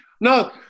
No